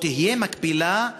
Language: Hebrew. או תהיה מקבילה,